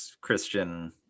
Christian